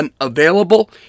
unavailable